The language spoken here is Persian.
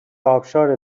ابشار